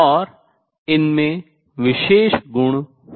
और इनमें विशेष गुण होते हैं